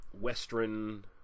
western